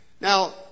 Now